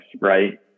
right